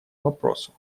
вопросу